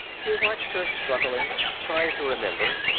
he watched her struggling, trying to remember.